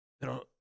Pero